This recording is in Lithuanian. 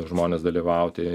žmones dalyvauti